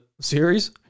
series